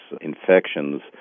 infections